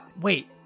Wait